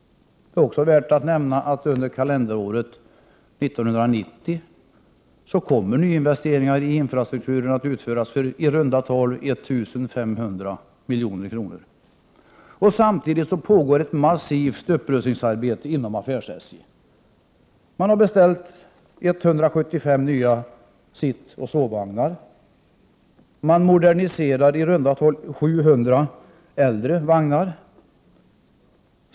Det är också värt att nämna att under kalenderåret 1990 kommer nyinvesteringar i infrastrukturen att göras för i runda tal 1 500 milj.kr. Samtidigt pågår ett massivt upprustningsarbete inom affärs-SJ. Man har beställt 175 nya sittoch sovvagnar. Man moderniserar ca 700 äldre vagnar.